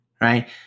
right